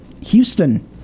Houston